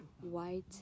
white